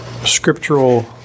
scriptural